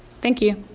thank you.